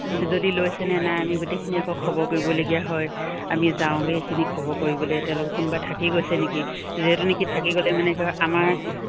যদি লৈছেনে নাই আমি গোটেইখিনি আকৌ খবৰ কৰিবলগীয়া হয় আমি যাওঁগৈ সেইখিনি খবৰ কৰিবলৈ তেওঁলোকে কোনোবা থাকি গৈছে নেকি যিহেতু নেকি থাকি গ'লে মানে কি হ'ব আমাৰ